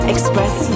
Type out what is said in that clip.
Express